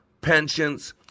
pensions